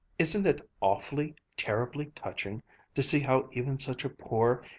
isn't it awfully, terribly touching to see how even such a poor,